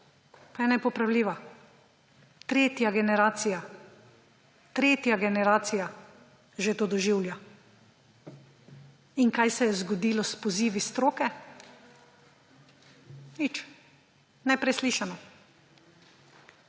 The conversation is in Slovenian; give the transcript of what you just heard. pa je nepopravljiva. Tretja generacija, tretja generacija že to doživlja! In kaj se je zgodilo s pozivi stroke? Nič. Preslišano.